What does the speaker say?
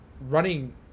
running